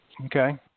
Okay